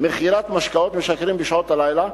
מכירת משקאות משכרים בשעות הלילה,